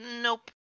nope